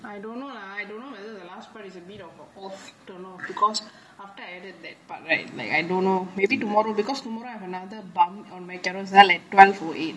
I don't know lah I don't know whether the last part is a bit of a off turner because after I added that part right like I don't know maybe tomorrow because tomorrow I have another bump on my carousell at twelve O eight